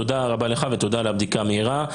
תודה רבה לך ותודה על הבדיקה המהירה.